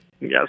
Yes